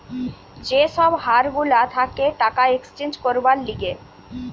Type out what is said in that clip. যে সব হার গুলা থাকে টাকা এক্সচেঞ্জ করবার লিগে